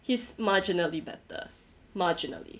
he's marginally better marginally